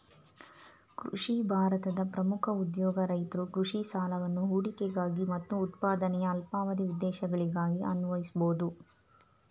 ಕೃಷಿ ಭಾರತದ ಪ್ರಮುಖ ಉದ್ಯೋಗ ರೈತರು ಕೃಷಿ ಸಾಲವನ್ನು ಹೂಡಿಕೆಗಾಗಿ ಮತ್ತು ಉತ್ಪಾದನೆಯ ಅಲ್ಪಾವಧಿ ಉದ್ದೇಶಗಳಿಗಾಗಿ ಅನ್ವಯಿಸ್ಬೋದು